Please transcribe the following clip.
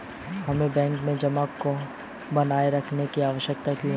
हमें बैंक में जमा को बनाए रखने की आवश्यकता क्यों है?